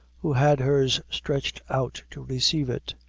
who had hers stretched out to receive it.